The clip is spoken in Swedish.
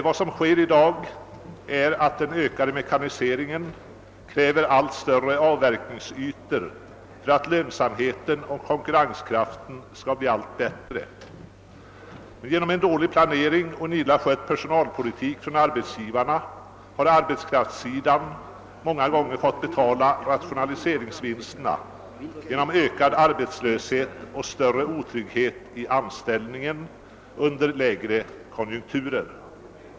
Vad som sker i dag är att den ökade mekaniseringen kräver allt större avverkningsytor för att lönsamheten och konkurrenskraften skall bli allt bättre. Genom dålig planering och en illa skött personalpolitik från arbetsgivarna har arbetskraftssidan många gånger fått betala rationaliseringsvinsterna med ökad arbetslöshet och större otrygghet i anställningen under sämre konjunkturer.